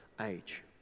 age